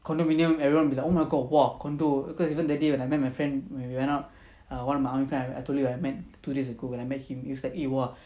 condominium everyone will be like oh my god !wah! condo because even that day when I met my friend when we went out err one of my army friend I told you I met two days ago when I met him he was like eh !wah!